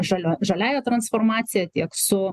žalio žaliąja transformacija tiek su